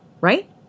right